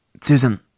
Susan